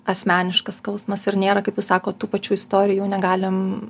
asmeniškas skausmas ir nėra kaip jūs sakot tų pačių istorijų negalim